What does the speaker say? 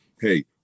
hey